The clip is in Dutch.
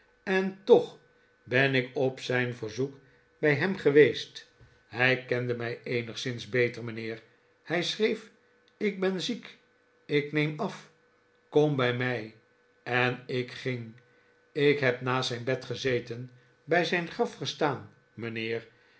en toch ben ik op zijn verzoek bij hem geweest hij kende mij eenigszins beter mijnheer hij schreef ik ben ziek ik neem af kom bij mij en ik ging ik heb naast zijn bed gezeten bij zijn graf gestaan mijnheer